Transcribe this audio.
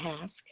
task